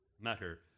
matter